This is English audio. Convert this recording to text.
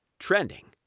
trending,